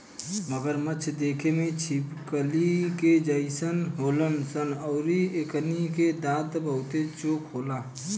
मगरमच्छ देखे में छिपकली के जइसन होलन सन अउरी एकनी के दांत बहुते चोख होला